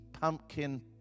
pumpkin